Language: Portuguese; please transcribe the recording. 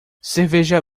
cerveja